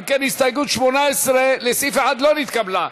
אם כן, הסתייגות 18 לסעיף 1 לא נתקבלה.